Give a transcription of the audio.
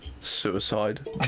suicide